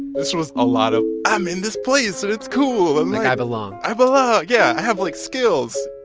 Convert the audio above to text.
this was a lot of, i'm in this place, and it's cool, and, like. i belong i belong, yeah. i have, like, skills